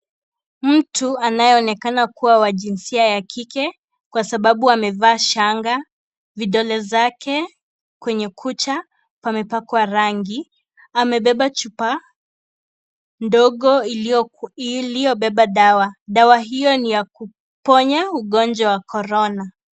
Mtu anayeonekana kuwa wa jinsia ya kike kwasababu amevaa shanga, vidole zake kwenye kucha pamepakwa rangi ,amebeba chupa ndogo iliyobeba dawa, dawa hiyo ya kuponya uginjwa wa korona.